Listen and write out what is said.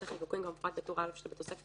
מהוראות החיקוקים כמפורט בטור א' שבתוספת,